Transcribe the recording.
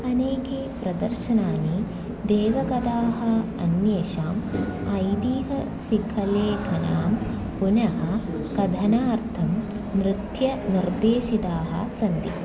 अनेके प्रदर्शनानि देवकथाः अन्येषाम् ऐतिहासिकलेखनां पुनः कथनार्थं नृत्ये निर्देशिताः सन्ति